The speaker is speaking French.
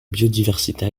biodiversité